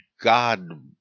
God